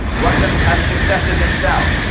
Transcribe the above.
russians have successes in south,